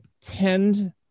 tend